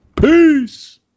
Peace